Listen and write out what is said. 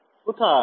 কোথায়